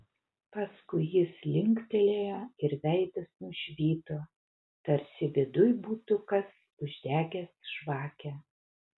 paskui jis linktelėjo ir veidas nušvito tarsi viduj būtų kas uždegęs žvakę